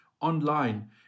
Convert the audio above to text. online